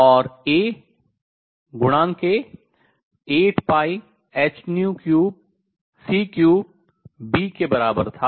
और A गुणांक A 8πh3Bc3 के बराबर था